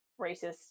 racist